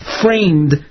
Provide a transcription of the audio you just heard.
framed